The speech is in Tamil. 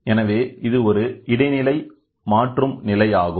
எனவே இது ஒரு இடைநிலை மாற்றும் நிலை ஆகும்